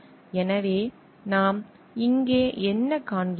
எனவே நாம் இங்கே என்ன காண்கிறோம்